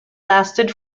lasted